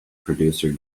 producer